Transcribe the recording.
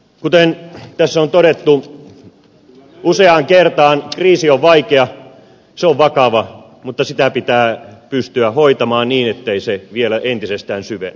kuten tässä on todettu useaan kertaan kriisi on vaikea se on vakava mutta sitä pitää pystyä hoitamaan niin ettei se vielä entisestään syvene